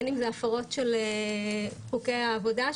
בין אם זה הפרות של חוקי העבודה,